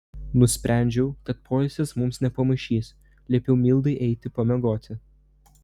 nusprendžiau kad poilsis mums nepamaišys liepiau mildai eiti pamiegoti